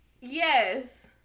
Yes